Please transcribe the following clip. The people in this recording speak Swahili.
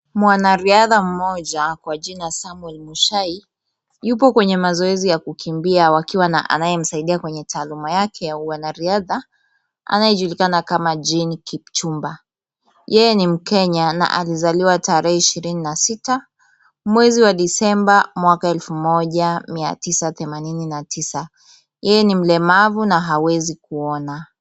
Mwanariadha mmoja, kwa jina Samuel Mushai, yupo kwenye mazoezi ya kukumbia wakiwa na anaye msaidia kwenye taaluma yake ya uana riadha, anaye julikana kama Jimmy Kipchumba, yeye ni mKenya, na alizaliwa tarehe ishirini na sita, mwezi wa Disemba, mwaka wa elfu moja, mia tisa themanini na tisa, yeye ni mlemavu na hawezi kuona.